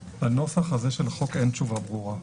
בנוסח הזה של הסעיף אין תשובה ברורה.